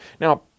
Now